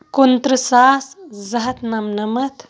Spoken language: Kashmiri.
کُنتٕرٛہ ساس زٕ ہَتھ نَمنَمَتھ